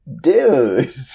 dude